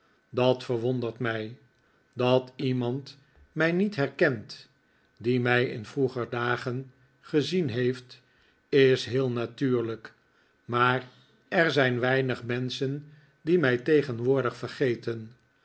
dat verwondert mij dat iemand mij niet herkent die mij in vroeger dagen gezien heeft is heel natuurlijk maar er zijn weinig menschen die mij tegenwoordig vergeten